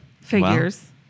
Figures